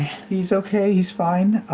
he's okay, he's fine.